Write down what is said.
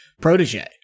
protege